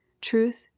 Truth